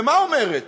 ומה אומרת?